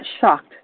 shocked